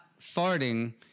farting